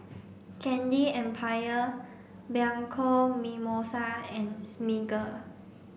Candy Empire Bianco Mimosa and Smiggle